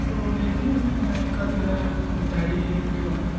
तो देखने का जो है डायरी एक